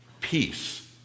peace